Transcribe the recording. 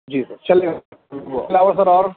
جی sir چلے گا اس کے علاوہ سر اور